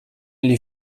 ele